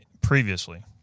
previously